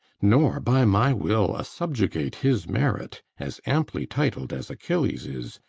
nor, by my will, assubjugate his merit, as amply titled as achilles is,